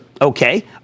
okay